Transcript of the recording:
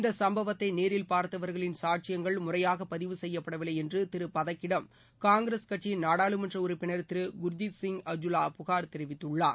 இந்த சுப்பவத்தை நேரில் பார்த்தவர்களின் சாட்சியங்கள் முறையாக பதிவு செய்யப்படவில்லை என்று திரு பதக்கிடம் காங்கிரஸ் கட்சியின் நாடாளுமன்ற உறுப்பினர் திரு குர்ஜீத் சிங் அஜூலா புகார் தெரிவித்துள்ளார்